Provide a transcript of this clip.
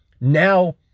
Now